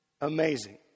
Amazing